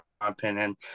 opinion